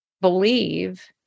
believe